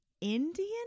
Indian